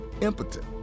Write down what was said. impotent